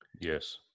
Yes